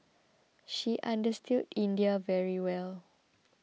she understood India very well